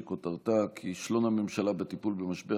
שכותרתה: כישלון הממשלה בטיפול במשבר